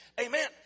Amen